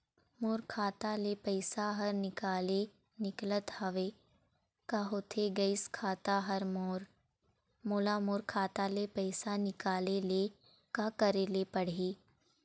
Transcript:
मोर खाता ले पैसा हर निकाले निकलत हवे, का होथे गइस खाता हर मोर, मोला मोर खाता ले पैसा निकाले ले का करे ले पड़ही?